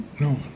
no